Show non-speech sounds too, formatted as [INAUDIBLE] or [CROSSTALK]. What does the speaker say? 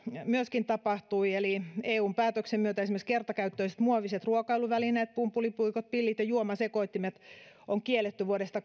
myöskin tapahtui eli eun päätöksen myötä esimerkiksi kertakäyttöiset muoviset ruokailuvälineet pumpulipuikot pillit ja juomasekoittimet on kielletty vuodesta [UNINTELLIGIBLE]